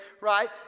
right